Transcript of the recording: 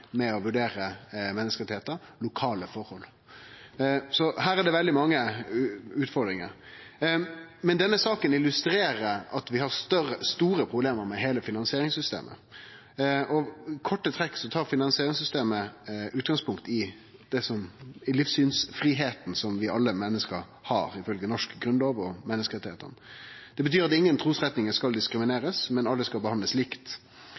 med å vurdere menneskerettar, lokale forhold. Her er det veldig mange utfordringar. Denne saka illustrerer at vi har store problem med heile finansieringssystemet. I korte trekk tar finansieringssystemet utgangspunkt i den livssynsfridomen som alle menneske har ifølgje norsk grunnlov og menneskerettane. Det betyr at ingen trusretningar skal diskriminerast, alle skal behandlast likt.